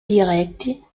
directs